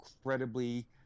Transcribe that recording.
incredibly